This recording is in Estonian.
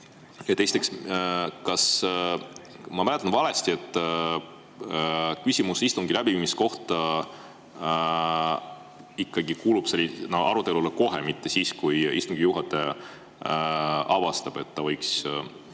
Esiteks, kas ma mäletan valesti, et küsimus istungi läbiviimise kohta kuulub arutelule kohe, mitte siis, kui istungi juhataja avastab, et ta võiks